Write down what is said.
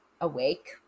awake